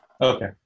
Okay